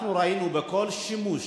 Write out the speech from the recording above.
אנחנו ראינו בכל שימוש